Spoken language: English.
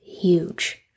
huge